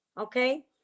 okay